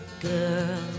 girl